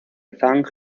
zhang